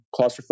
claustrophobic